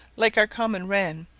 like our common wren,